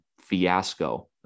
fiasco